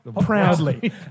Proudly